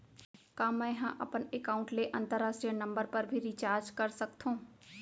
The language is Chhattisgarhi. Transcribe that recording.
का मै ह अपन एकाउंट ले अंतरराष्ट्रीय नंबर पर भी रिचार्ज कर सकथो